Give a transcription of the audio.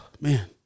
Man